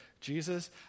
Jesus